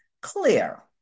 clear